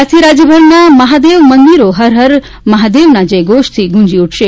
આજથી રાજયભરના મહાદેવ મંદિરો હર હર મહાદેવનો જય ઘોષથી ગુંજી ઉઠવશે